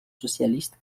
socialiste